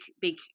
big